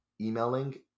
emailing